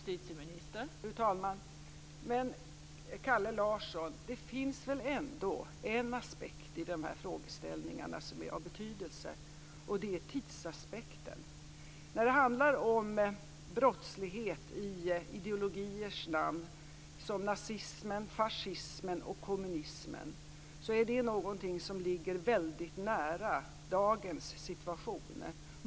Fru talman! Men, Kalle Larsson, det finns väl ändå en aspekt i dessa frågeställningar som är av betydelse, nämligen tidsaspekten. När det handlar om brottsligheter i ideologiers namn, som nazismen, fascismen och kommunismen, är det någonting som ligger väldigt nära dagens situation.